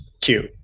cute